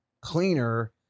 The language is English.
cleaner